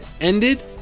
ended